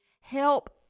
Help